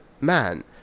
man